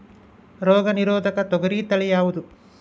ರೋಗ ನಿರೋಧಕ ತೊಗರಿ ತಳಿ ಯಾವುದು?